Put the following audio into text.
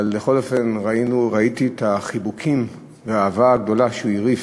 אבל בכל אופן ראיתי את החיבוקים והאהבה הגדולה שהוא הרעיף,